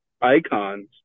icons